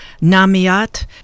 Namiat